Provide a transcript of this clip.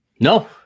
No